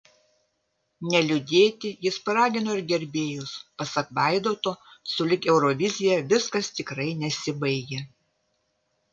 neliūdėti jis paragino ir gerbėjus pasak vaidoto sulig eurovizija viskas tikrai nesibaigia